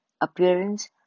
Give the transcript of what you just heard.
appearance